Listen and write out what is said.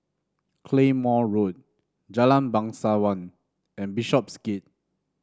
Claymore Road Jalan Bangsawan and Bishopsgate